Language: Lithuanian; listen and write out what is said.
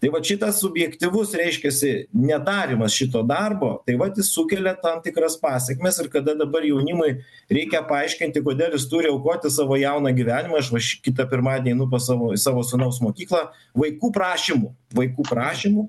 tai vat šitas subjektyvus reiškiasi nedarymas šito darbo tai vat jis sukelia tam tikras pasekmes ir kada dabar jaunimui reikia paaiškinti kodėl jis turi aukoti savo jauną gyvenimą aš va šį kitą pirmadienį nu pas savo į savo sūnaus mokyklą vaikų prašymu vaikų prašymu